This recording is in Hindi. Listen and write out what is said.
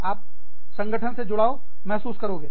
आप संगठन से जुड़ाव महसूस करोगे